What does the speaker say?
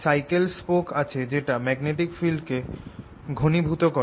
cycle spoke আছে যেটা magnetic field কে ঘনীভূত করে করে